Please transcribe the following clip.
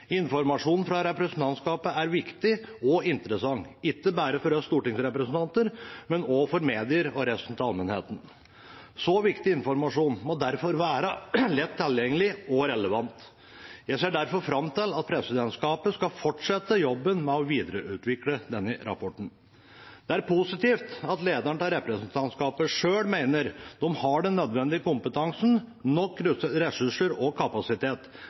fra representantskapet er viktig og interessant, ikke bare for oss stortingsrepresentanter, men også for medier og resten av allmennheten. Så viktig informasjon må derfor være lett tilgjengelig og relevant. Jeg ser derfor fram til at representantskapet skal fortsette jobben med å videreutvikle denne rapporten. Det er positivt at lederen av representantskapet selv mener de har den nødvendige kompetansen, nok ressurser og kapasitet.